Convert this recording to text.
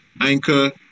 anchor